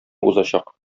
узачак